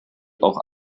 auch